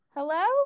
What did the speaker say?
Hello